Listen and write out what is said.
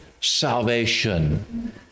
salvation